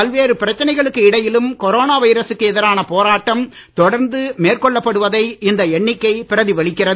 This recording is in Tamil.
பல்வேறு பிரச்சனைகளுக்கு இடையிலும் கொரோனா வைரசுக்கு எதிரான போராட்டம் தொடர்ந்து மேற்கொள்ளப்படுவதை இந்த எண்ணிக்கை பிரதிபலிக்கிறது